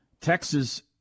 Texas